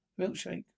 Milkshake